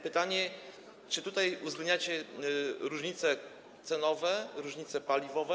Pytanie: Czy tutaj uwzględniacie różnice cenowe, różnice paliwowe?